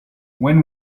when